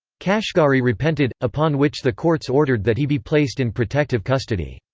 kashgari repented, upon which the courts ordered that he be placed in protective custody.